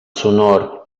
sonor